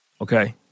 Okay